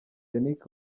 yannick